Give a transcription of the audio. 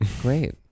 Great